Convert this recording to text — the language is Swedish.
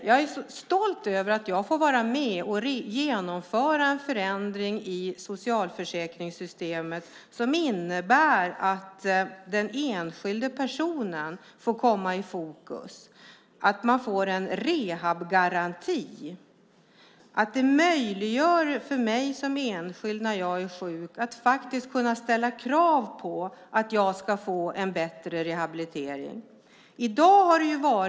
Jag är stolt över att jag får vara med och genomföra en förändring i socialförsäkringssystemet som innebär att den enskilde personen får komma i fokus. Man får en rehabgaranti. Det möjliggör för mig som enskild när jag är sjuk att kunna ställa krav på att jag ska få en bättre rehabilitering.